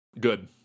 Good